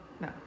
No